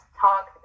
talk